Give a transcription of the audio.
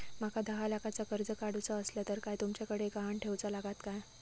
माका दहा लाखाचा कर्ज काढूचा असला तर काय तुमच्याकडे ग्हाण ठेवूचा लागात काय?